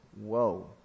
Whoa